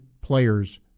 players